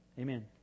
amen